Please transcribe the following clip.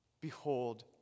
behold